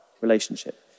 relationship